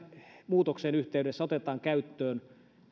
muutoksen yhteydessä otetaan käyttöön täysimääräisesti